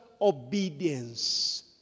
obedience